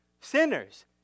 sinners